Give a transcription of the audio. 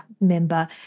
member